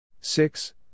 six